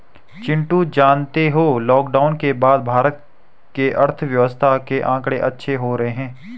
चिंटू जानते हो लॉकडाउन के बाद भारत के अर्थव्यवस्था के आंकड़े अच्छे हो रहे हैं